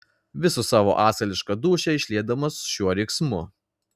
visą savo asilišką dūšią išliedamas šiuo riksmu